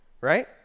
right